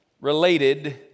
related